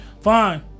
Fine